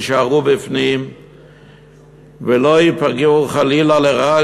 יישארו בפנים ולא ייפגעו חלילה לרעה